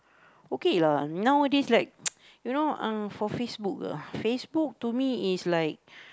okay lah nowadays like you know uh for Facebook ah Facebook to me is like